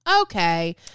Okay